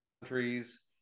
countries